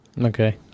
okay